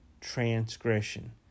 transgression